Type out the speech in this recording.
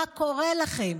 מה קורה לכם?